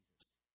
Jesus